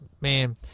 Man